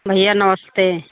भैया नमस्ते